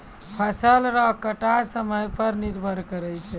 फसल रो कटाय समय पर निर्भर करै छै